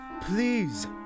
please